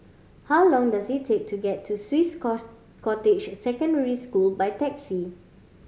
how long does it take to get to Swiss Cottage Secondary School by taxi